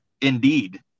indeed